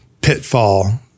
pitfall